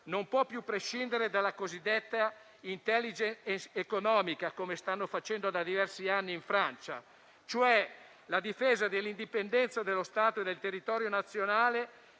non può più prescindere dalla cosiddetta *intelligence* economica, come stanno facendo da diversi anni in Francia; la difesa dell'indipendenza dello Stato e del territorio nazionale